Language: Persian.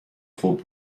خوب